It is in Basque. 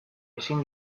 ezin